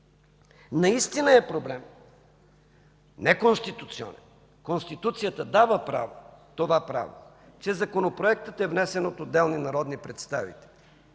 наистина е проблем – не конституционен, Конституцията дава това право, че законопроектът е внесен от отделни народни представители